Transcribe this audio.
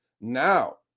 Now